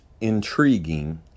intriguing